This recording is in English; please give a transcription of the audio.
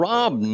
Rob